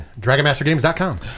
DragonMasterGames.com